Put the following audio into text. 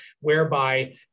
whereby